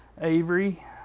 Avery